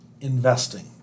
investing